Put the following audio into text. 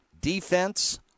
defense